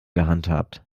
gehandhabt